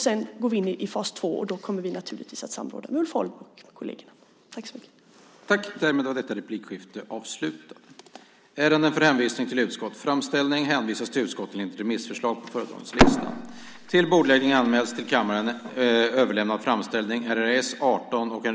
Sedan går vi in i fas 2, och då kommer vi naturligtvis att samråda med Ulf Holm och kollegerna.